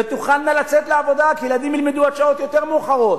הן תוכלנה לצאת לעבודה כי הילדים ילמדו עד שעות יותר מאוחרות.